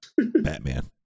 Batman